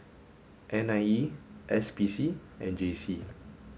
N I E S P C and J C